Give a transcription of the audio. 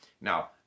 now